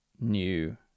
new